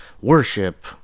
worship